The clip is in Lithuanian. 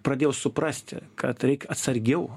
pradėjo suprasti kad reik atsargiau